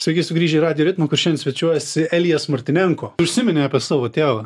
sveiki sugrįžę į radijo ritmą kur šiandien svečiuojasi elijas martinenko užsiminei apie savo tėvą